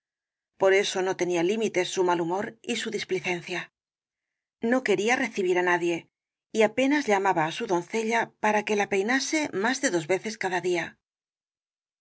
por eso no tenían límites su mal humor y su displicencia no quería recibir á nadie y apenas llamaba á su doncella para que la peinase más de dos veces cada día